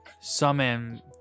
summon